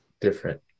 different